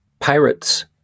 pirates